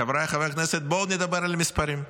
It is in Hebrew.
חבריי חברי הכנסת, בואו נדבר על מספרים.